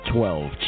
Twelve